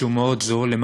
שהוא מאוד זול.